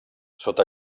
sota